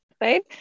right